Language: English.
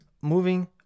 moving